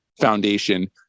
Foundation